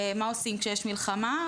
ומה עושים כשיש מלחמה?